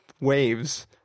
waves